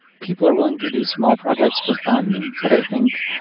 people are willing to do small projects for fun, but i think,